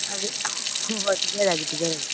ꯍꯣ ꯍꯣꯏ ꯄꯤꯖꯔꯒꯦ ꯄꯤꯖꯔꯒꯦ